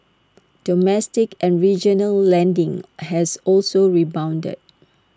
domestic and regional lending has also rebounded